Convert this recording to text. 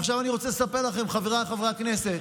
עכשיו אני רוצה לספר לכם, חבריי חברי הכנסת,